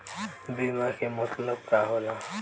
बीमा के मतलब का होला?